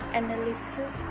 analysis